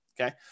okay